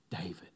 David